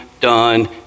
done